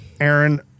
Aaron